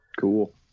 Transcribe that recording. cool